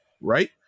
right